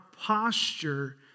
posture